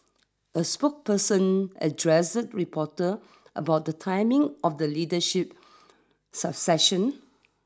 a spokesperson addressed reporter about the timing of the leadership succession